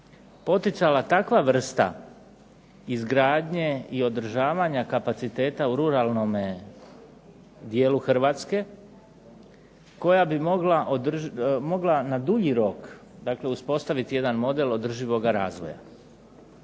poticala takva vrsta izgradnje i održavanja kapaciteta u ruralnom dijelu Hrvatske koja bi mogla na dulji rok, dakle uspostaviti jedan model održivog razvoja.